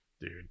dude